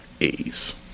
A's